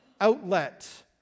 outlet